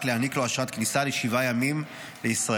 להעניק לו אשרת כניסה לשבעה ימים לישראל.